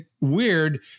weird